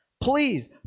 Please